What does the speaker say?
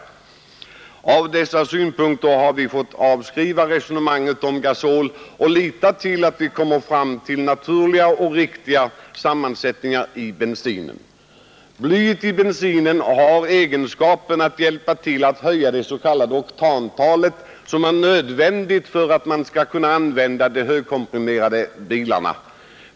Mot bakgrunden av dessa synpunkter har vi fått avskriva resonemanget om gasol och lita till att vi kommer fram till en naturlig och riktig sammansättning av bensinen. Blyet i bensinen har egenskapen att hjälpa till att höja det s.k. oktantalet som är nödvändigt för att man skall kunna använda de högkomprimerade motorerna.